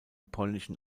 polnischen